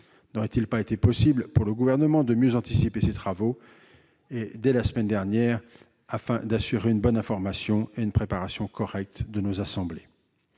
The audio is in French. N'aurait-il pas été possible, pour le Gouvernement, de mieux anticiper ces travaux dès la semaine dernière, afin d'assurer une bonne information et une préparation correcte des chambres ?